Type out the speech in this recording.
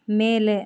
ಮೇಲೆ